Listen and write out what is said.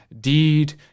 deed